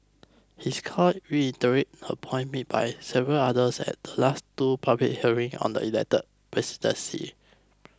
his call reiterates a point made by several others at the last two public hearing on the elected presidency